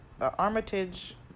Armitage